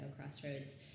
crossroads